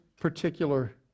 particular